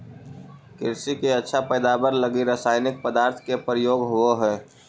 कृषि के अच्छा पैदावार लगी रसायनिक पदार्थ के प्रयोग होवऽ हई